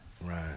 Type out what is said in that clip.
right